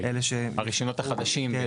הרישיונות החדשים?